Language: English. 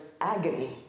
agony